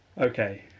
okay